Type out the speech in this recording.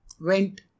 went